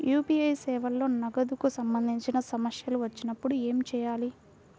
UPI సేవలలో నగదుకు సంబంధించిన సమస్యలు వచ్చినప్పుడు ఏమి చేయాలి?